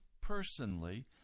personally